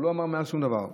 הוא לא אמר שום דבר.